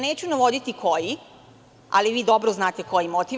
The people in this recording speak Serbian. Neću navoditi koji, a vi dobro znate koji motiv.